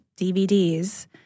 DVDs